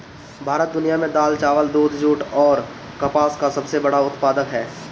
भारत दुनिया में दाल चावल दूध जूट आउर कपास का सबसे बड़ा उत्पादक ह